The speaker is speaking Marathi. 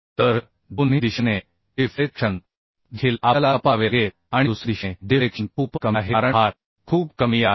तर दोन्ही दिशेने डिफ्ले क्शन देखील आपल्याला तपासावे लागेल आणि दुसऱ्या दिशेने डिफ्लेक्शन खूपच कमी आहे कारण भार खूप कमी आहे